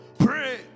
Pray